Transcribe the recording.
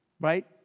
Right